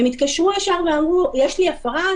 הם התקשרו ישר ואמרו: יש לי הפרה,